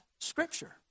Scripture